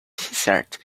desert